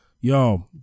yo